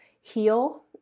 heal